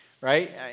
right